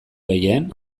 gehien